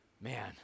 man